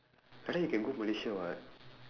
like that you can go malaysia [what]